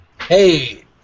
Hey